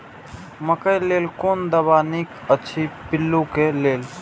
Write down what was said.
मकैय लेल कोन दवा निक अछि पिल्लू क लेल?